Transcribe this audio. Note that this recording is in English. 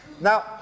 Now